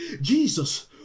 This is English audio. Jesus